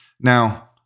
Now